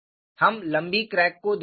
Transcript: हम लंबी क्रैक को देखेंगे